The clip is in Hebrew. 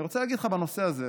אני רוצה להגיד לך בנושא הזה: